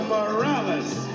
Morales